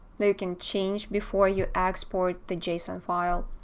they can change before you export the json file.